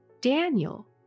Daniel